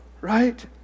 right